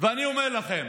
אני אומר לכם.